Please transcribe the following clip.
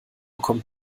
kommt